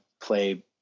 play